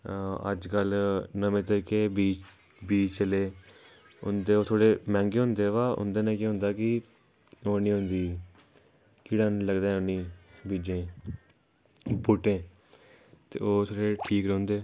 अज्जकल नमें तरीके दे बीज चले दे उन्दे ओह् थोह्ड़े मैंह्गे होंदे पा उन्दे कन्नै केह् होंदा कि ओह् नी होंदी कीड़ा नी लगदा उनेंगी बीजें गी बूह्टें गी ते ओह् जेह्ड़े ठीक रौंह्दे